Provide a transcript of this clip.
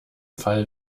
fall